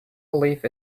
believe